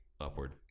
upward